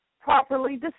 properly